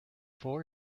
four